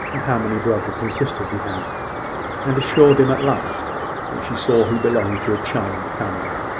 and how many brothers and sisters he had and assured him, at last, that she saw he belonged to a charming family.